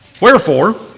Wherefore